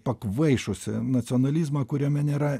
pakvaišusį nacionalizmą kuriame nėra